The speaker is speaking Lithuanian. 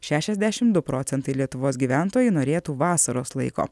šešiasdešim du procentai lietuvos gyventojų norėtų vasaros laiko